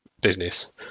business